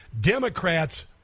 Democrats